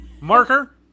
Marker